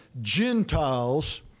Gentiles